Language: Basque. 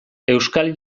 euskal